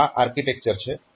તો આ આર્કિટેક્ચર છે